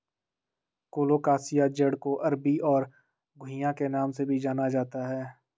colocasia जड़ को अरबी और घुइआ के नाम से भी जाना जाता है